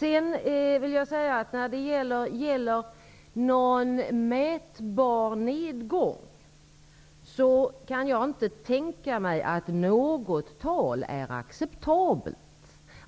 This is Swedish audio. Dan Ericsson i Kolmården frågar om vi som målsättning har någon mätbar nedgång i antalet brottsoffer, men jag kan inte tänka mig att något tal är acceptabelt.